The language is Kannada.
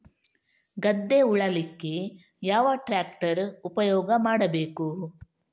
ಗದ್ದೆ ಉಳಲಿಕ್ಕೆ ಯಾವ ಟ್ರ್ಯಾಕ್ಟರ್ ಉಪಯೋಗ ಮಾಡಬೇಕು?